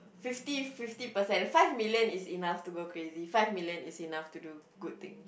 fifty fifty percent five million is enough to go crazy five million is enough to do good thing